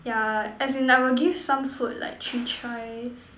yeah as in I will give some food like three tries